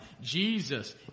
Jesus